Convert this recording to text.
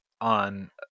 on